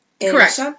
Correct